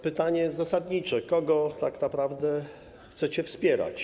Pytanie zasadnicze: Kogo tak naprawdę chcecie wspierać?